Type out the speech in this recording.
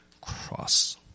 cross